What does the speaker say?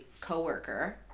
coworker